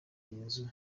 nzu